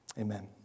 amen